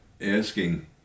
asking